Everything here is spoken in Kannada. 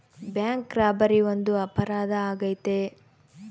ಬ್ಯಾಂಕ್ ರಾಬರಿ ಒಂದು ಅಪರಾಧ ಆಗೈತೆ